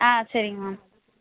ஆ சரிங்க மேம்